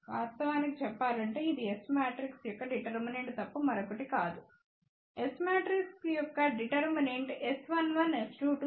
వాస్తవానికిచెప్పాలంటే ఇది S matrix యొక్క determinant తప్ప మరొకటి కాదు S మ్యాట్రిక్స్ యొక్క డిటర్మినెంట్ S11S22 S12S21 అవుతుంది